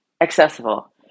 accessible